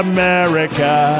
America